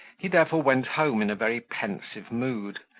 he therefore went home in a very pensive mood,